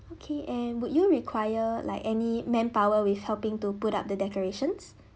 okay and would you require like any manpower with helping to put up the decorations